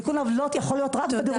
תיקון עוולות עכשיו.